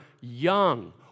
young